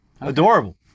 Adorable